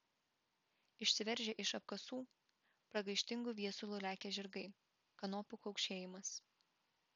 išsiveržę iš apkasų pragaištingu viesulu lekią žirgai kanopų kaukšėjimas